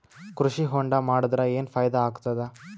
ಕೃಷಿ ಹೊಂಡಾ ಮಾಡದರ ಏನ್ ಫಾಯಿದಾ ಆಗತದ?